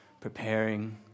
preparing